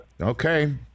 Okay